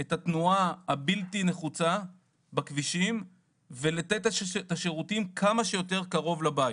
את התנועה הבלתי נחוצה בכבישים ולתת את השירותים כמה שיותר קרוב לבית.